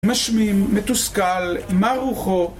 משמים, מתוסכל, מר רוחו